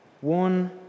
One